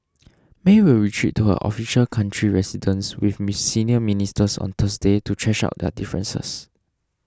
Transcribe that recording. May will retreat to her official country residence with miss senior ministers on Thursday to thrash out their differences